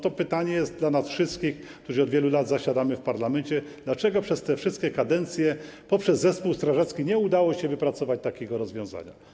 To pytanie do nas wszystkich, którzy od wielu lat zasiadamy w parlamencie: Dlaczego przez te wszystkie kadencje poprzez zespół strażacki nie udało się wypracować takiego rozwiązania?